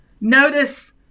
Notice